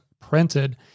printed